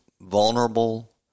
vulnerable